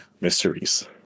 mysteries